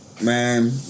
man